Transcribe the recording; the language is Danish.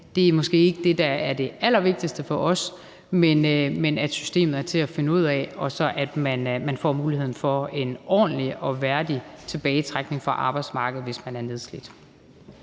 andet, er måske ikke det, der er det allervigtigste for os. Det er, om systemet er til at finde ud af, og at man får muligheden for at få en ordentlig og værdig tilbagetrækning fra arbejdsmarkedet, hvis man er nedslidt.